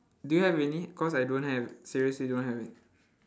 do you have any cause I don't have seriously don't have